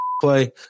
play